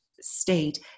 state